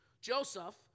Joseph